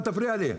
אל תפריע לי.